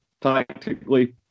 tactically